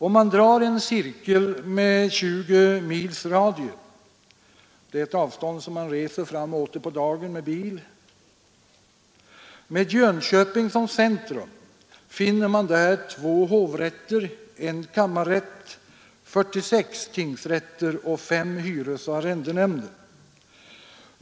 Om vi drar en cirkel med 20 mils radie — det är ett avstånd som man reser fram och åter på dagen med bil — med Jönköping som centrum finner vi där 2 hovrätter, I kammarrätt, 46 tingsrätter och 5 hyresoch arrendenämnder.